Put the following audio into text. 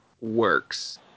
works